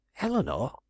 Eleanor